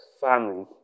family